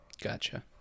gotcha